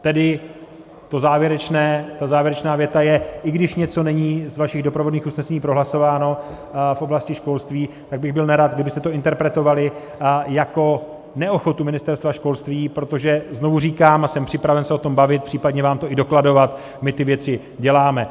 Tedy ta závěrečná věta je: I když něco není z vašich doprovodných usnesení prohlasováno v oblasti školství, tak bych byl nerad, kdybyste to interpretovali jako neochotu Ministerstva školství, protože znovu říkám, a jsem připraven se o tom bavit, případně vám to i dokladovat, my ty věci děláme.